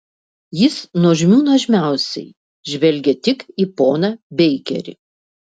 jis nuožmių nuožmiausiai žvelgia tik į poną beikerį